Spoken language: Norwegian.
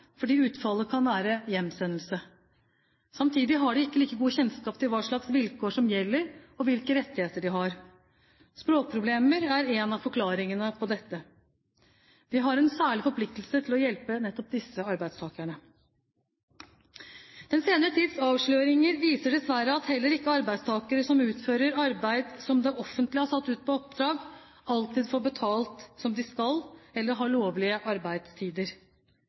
fordi utfallet kan være hjemsendelse. Samtidig har de ikke like god kjennskap til hva slags vilkår som gjelder, og hvilke rettigheter de har. Språkproblemer er en av forklaringene på dette. Vi har en særlig forpliktelse til å hjelpe nettopp disse arbeidstakerne. Den senere tids avsløringer viser dessverre at heller ikke arbeidstakere som utfører arbeid som det offentlige har satt ut på oppdrag, alltid får betalt som de skal, eller har lovlige arbeidstider.